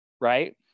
right